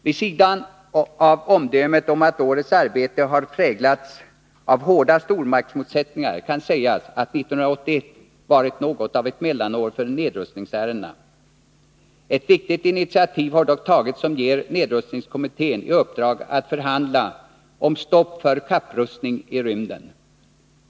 Vid sidan av omdömet att årets arbete har präglats av hårda stormaktsmotsättningar kan sägas att 1981 varit något av ett mellanår för nedrustningsärendena. Ett viktigt initiativ har dock tagits som ger nedrustningskommittén i uppdrag att förhandla om stopp för kapprustning i rymden.